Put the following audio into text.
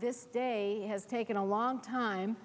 this day has taken a long time